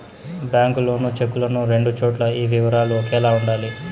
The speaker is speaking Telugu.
బ్యాంకు లోను చెక్కులను రెండు చోట్ల ఈ వివరాలు ఒకేలా ఉండాలి